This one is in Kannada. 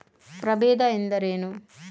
ಪ್ರಭೇದ ಎಂದರೇನು?